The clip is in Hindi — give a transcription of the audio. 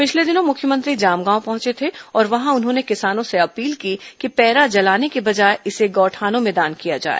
पिछले दिनों मुख्यमंत्री जामगांव पहंचे थे और वहां उन्होंने किसानों से अपील की कि पैरा जलाने के बजाए इसे गौठानों में दान किया जाए